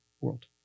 world